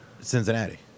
Cincinnati